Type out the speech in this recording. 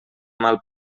mal